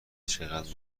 چقدر